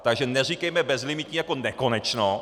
Takže neříkejme bezlimitní jako nekonečno.